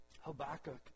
Habakkuk